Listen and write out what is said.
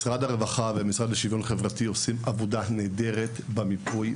משרד הרווחה והמשרד לשוויון חברתי עושים עבודה נהדרת במיפוי,